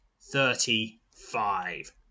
Thirty-five